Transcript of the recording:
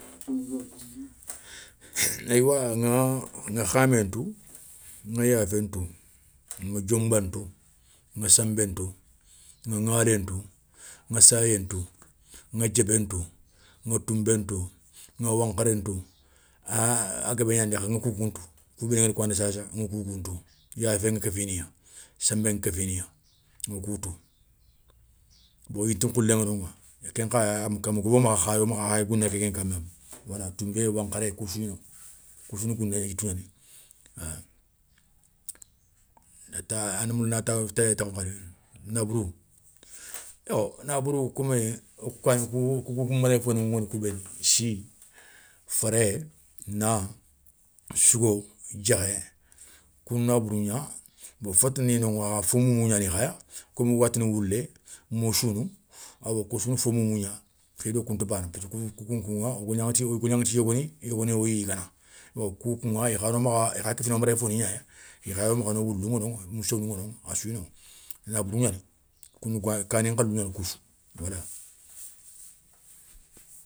Aywa ŋa ŋa khamén tou, ŋa yafé ntou, ŋa dionba ntou, ŋa sembé ntou, ŋa ŋalé ntou, ŋa sayé ntou, ŋa diébé ntou, ŋa tounbé ntou, ŋa wankharé ntou, ah a guébé gnani dé, kha ŋa kounkou ntou, kou béni ngadi koŋa da sassa ŋa koukou ntou, yaféŋa kéfiniya, sambé ŋa kéfiniya, ŋa koutou. Bo yiti nkhoulé ŋa noŋa, kenkha ama gobo makha khayo makha aya gouné kéké kan meme. wala tounbé, wankharé, kousouna gouné gna yitou gnani. éywa nabourou komi woukou kani kou wokounkou mérénfoni ngani kou béni si, faré, na, sougo, diékhé kou na na bourou gna. Bon fotanani noŋa fo moumou gnani khaya, kom wogatini woulé, moussounou, awa koussouna fo moumou gna khido kounta bana, parceki kou kounkouŋa, woy golgnaŋa ti yogoni, yogoni woyigana. Bon koukouŋa i kha kéfini wo méré foni gnaya, i kha yo makha no, woulou ŋano, moussounou ŋano, assouya noŋa, nabourou gnani, kani nkhalou gnani koussou wala.